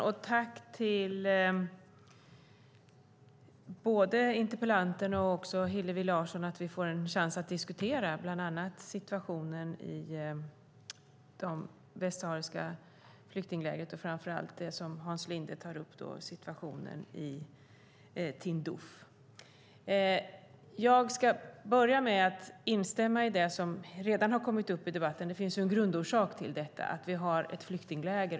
Herr talman! Jag tackar både interpellanten och Hillevi Larsson för att vi nu fått en chans att diskutera bland annat situationen i de västsahariska flyktinglägren och framför allt situationen i Tindouf, som Hans Linde tar upp. Jag ska börja med att instämma i det som redan har tagits upp i debatten, nämligen att det finns en grundorsak till att det finns ett flyktingläger.